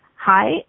Hi